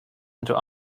into